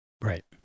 Right